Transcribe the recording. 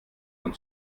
von